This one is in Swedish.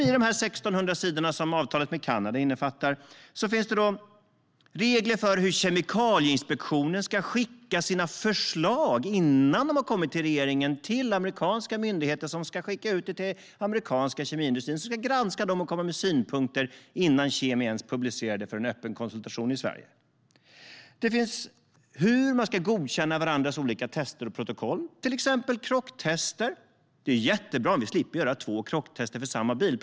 I de 1 600 sidor som avtalet med Kanada omfattar finns det regler för hur Kemikalieinspektionen ska skicka sina förslag innan de har kommit till regeringen till amerikanska myndigheter som ska skicka ut det till amerikanska kemiindustrin som ska granska dem och komma med synpunkter innan Kemi ens publicerar dem för öppen konsultation i Sverige. Det står hur man ska godkänna varandras olika tester och protokoll, till exempel krocktester. Det är jättebra om vi slipper göra två krocktester för samma bil.